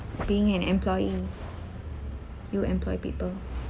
being an employee you employ people